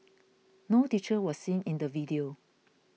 no teacher was seen in the video